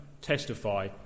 testify